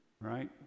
right